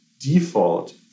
default